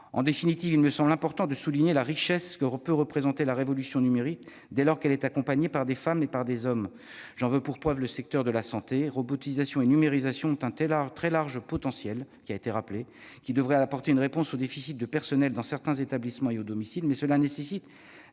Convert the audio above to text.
En définitive, il me semble important de souligner la richesse que peut représenter la révolution numérique dès lors qu'elle est accompagnée par des femmes et des hommes : j'en veux pour preuve le secteur de la santé. Robotisation et numérisation offrent de très larges potentialités, qui devraient permettre d'apporter une réponse au déficit de personnel dans certains établissements et au domicile, mais cela nécessite